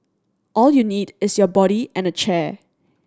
all you need is your body and a chair